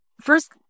first